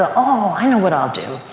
ah oh, i know what i'll do.